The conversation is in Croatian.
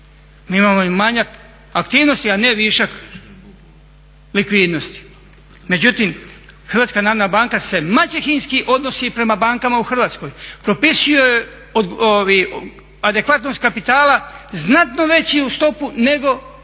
Mi imamo i manjak aktivnosti, a ne višak likvidnosti. Međutim, HNB se maćehinski odnosi prema bankama u Hrvatskoj. Propisuje joj adekvatnost kapitala znatno veći u stopu nego u